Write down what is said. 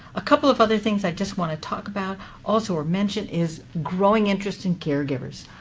a couple of other things i just want to talk about also are mentioned is growing interest in caregivers.